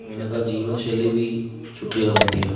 हिनखां जीवन शैली बि सुठी रहंदी आहे